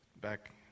back